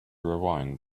rewind